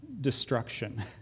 destruction